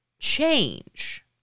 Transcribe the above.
Change